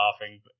laughing